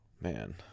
Man